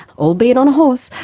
albeit on a horse,